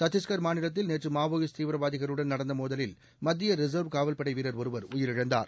சத்தீஸ்கள் மாநிலத்தில் நேற்று மாவோயிஸ்ட் தீவிரவாதிகளுடன் நடந்த மோதலில் மத்திய ரிசர்வ் காவல்படை வீரர் ஒருவர் உயிரிழந்தார்